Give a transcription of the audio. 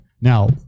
Now